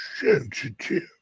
sensitive